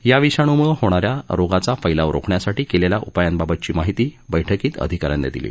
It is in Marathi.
या विषाणूंमुळे होणा या रोगाचा फैलाव रोखण्यासाठी केलेल्या उपायांबाबतची माहिती बैठकीत अधिका यांनी दिली